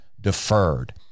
deferred